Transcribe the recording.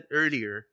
earlier